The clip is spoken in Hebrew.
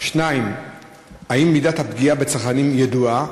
2. האם מידת הפגיעה בצרכנים ידועה?